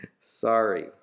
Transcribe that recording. Sorry